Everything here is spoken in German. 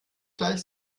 gleich